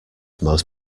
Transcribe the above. most